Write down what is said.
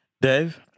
Dave